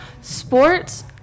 Sports